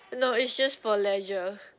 no it's just for leisure